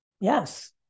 Yes